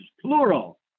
Plural